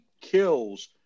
kills